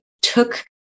took